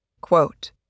Quote